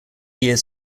year